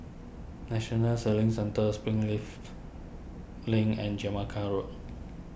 National Sailing Centre Springleaf Link and Jamaica Road